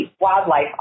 wildlife